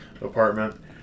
Apartment